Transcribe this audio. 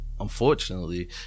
unfortunately